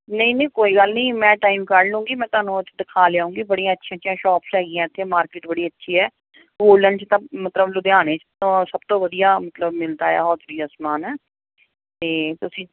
ਨਹੀਂ ਨਹੀਂ ਕੋਈ ਗੱਲ ਨਹੀਂ ਮੈਂ ਟਾਈਮ ਕੱਢ ਲੂੰਗੀ ਮੈਂ ਤੁਹਾਨੂੰ ਅੱਜ ਦਿਖਾ ਲਿਆਊਂਗੀ ਬੜੀਆਂ ਅੱਛੀਆਂ ਅੱਛੀਆਂ ਸ਼ੋਪਸ ਹੈਗੀਆਂ ਇੱਥੇ ਮਾਰਕੀਟ ਬੜੀ ਅੱਛੀ ਹੈ ਹੋਲਡਨ 'ਚ ਤਾਂ ਮਤਲਬ ਲੁਧਿਆਣੇ ਤੋਂ ਸਭ ਤੋਂ ਵਧੀਆ ਮਤਲਬ ਮਿਲਦਾ ਆ ਹੌਜ਼ਰੀ ਦਾ ਸਮਾਨ ਅਤੇ ਤੁਸੀਂ